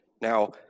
Now